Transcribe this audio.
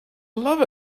love